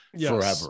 forever